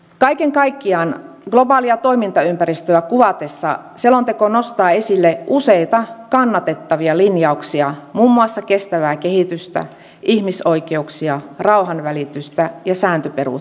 kaiken kaikkiaan globaalia toimintaympäristöä kuvatessa selonteko nostaa esille useita kannatettavia linjauksia muun muassa kestävää kehitystä ihmisoikeuksia rauhanvälitystä ja sääntöperusteisuutta